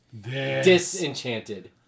Disenchanted